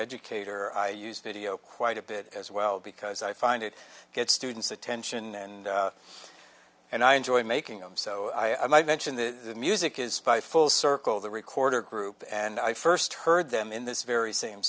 educator i use video quite a bit as well because i find it gets students attention and and i enjoy making them so i might mention the music is by full circle the recorder group and i first heard them in this very same